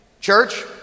church